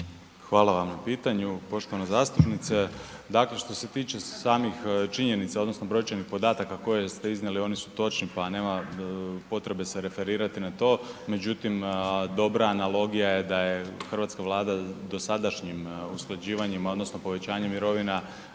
Hvala vam na pitanju poštovana zastupnice. Dakle, što se tiče samih činjenica odnosno brojčanih podataka koje ste iznijeli oni su točni pa nema potrebe se referirati na to, međutim dobra analogija je da je Hrvatska vlada dosadašnjim usklađivanjima odnosno povećanje mirovina